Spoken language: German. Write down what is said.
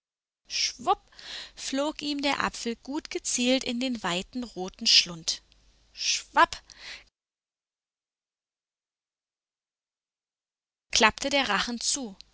schwupp flog ihm der apfel gut gezielt in den weiten roten schlund schwapp klappte der rachen zu